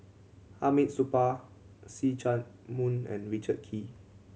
Hamid Supaat See Chak Mun and Richard Kee